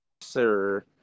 Sir